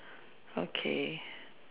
okay